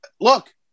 look